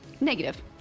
Negative